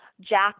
jack